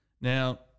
Now